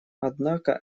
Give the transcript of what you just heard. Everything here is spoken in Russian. однако